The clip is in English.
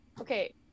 okay